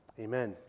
amen